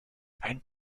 ein